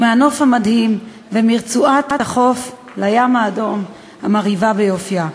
מהנוף המדהים ומרצועת חוף הים האדום המרהיבה ביופייה.